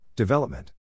Development